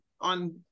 on